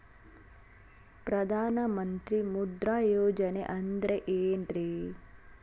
ಪ್ರಧಾನ ಮಂತ್ರಿ ಮುದ್ರಾ ಯೋಜನೆ ಅಂದ್ರೆ ಏನ್ರಿ?